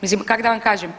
Mislim kak da vam kažem?